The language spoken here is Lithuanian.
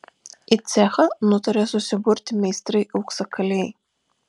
į cechą nutarė susiburti meistrai auksakaliai